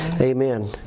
amen